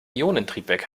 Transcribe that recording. ionentriebwerk